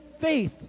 faith